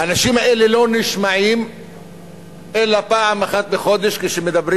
האנשים האלה לא נשמעים אלא פעם אחת בחודש כשמדברים